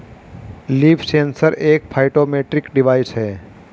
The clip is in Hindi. लीफ सेंसर एक फाइटोमेट्रिक डिवाइस है